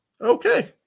Okay